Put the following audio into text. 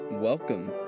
Welcome